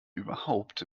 überhaupt